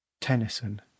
Tennyson